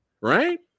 Right